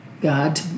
God